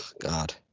God